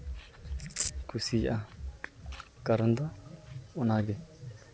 ᱠᱩᱥᱤᱭᱟᱜᱼᱟ ᱠᱟᱨᱚᱱ ᱫᱚ ᱚᱱᱟᱜᱮ